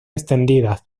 extendidas